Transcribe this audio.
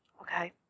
Okay